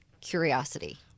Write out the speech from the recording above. curiosity